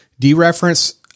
Dereference